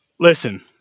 Listen